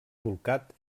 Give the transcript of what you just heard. bolcat